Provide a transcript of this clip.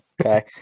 Okay